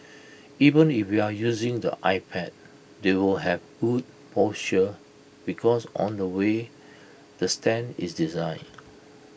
even if you're using the iPad they will have good posture because on the way the stand is designed